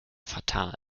fatal